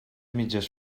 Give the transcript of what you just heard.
mitges